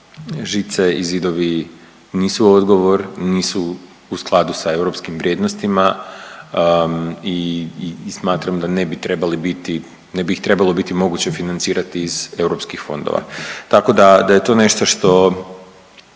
žice i zidovi nisu odgovor, nisu u skladu sa europskim vrijednostima i smatram da ne bi trebali biti, ne bi ih trebalo biti moguće financirati iz europskih fondova. Tako da je to nešto što